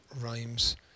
rhymes